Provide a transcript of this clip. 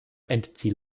endziel